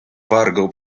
wargą